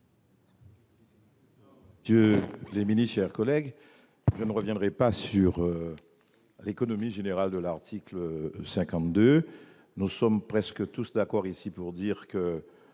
d'État, mes chers collègues, je ne reviendrai pas sur l'économie générale de l'article 52 : nous sommes presque tous d'accord ici pour dire qu'il